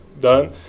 Done